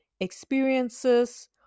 Experiences